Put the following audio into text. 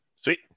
Sweet